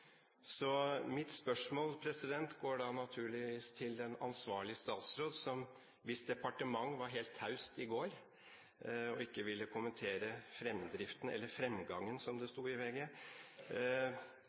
Mitt spørsmål går da naturligvis til den ansvarlige statsråd, hvis departement var helt taust i går og ikke ville kommentere fremdriften – eller «fremgangen», som det